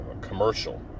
commercial